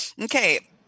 Okay